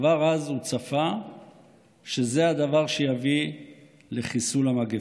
כבר אז הוא צפה שזה הדבר שיביא לחיסול המגפה.